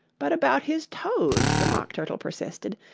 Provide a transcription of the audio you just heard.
but about his toes the mock turtle persisted.